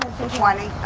twenty,